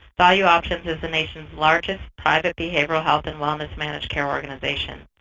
valueoptions is the nation's largest private behavioral health and wellness managed care organization.